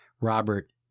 Robert